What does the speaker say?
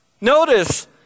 notice